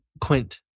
quint